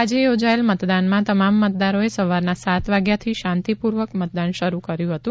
આજે યોજાયેલ મતદાન માં તમામ મતદારોએ સવારના સાત વાગ્યાથી શાંતિ પૂર્વક મતદાન શરૂ કર્યું હતું